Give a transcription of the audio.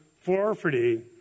forfeiting